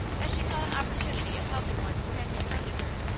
as she saw an opportunity of helping one who had befriended her.